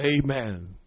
amen